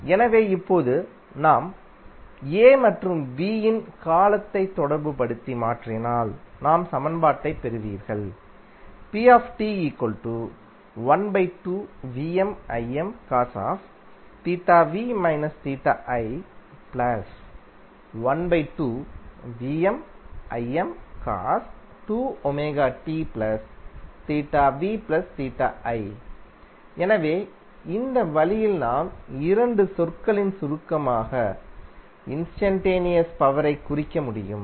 எனவே இப்போது நாம் A மற்றும் B இன் காலத்தை தொடர்புபடுத்தி மாற்றினால் நாம் சமன்பாட்டைப் பெறுவீர்கள் எனவே இந்த வழியில் நாம் இரண்டு சொற்களின் சுருக்கமாக இன்ஸ்டன்டேனியஸ் பவரைக் குறிக்க முடியும்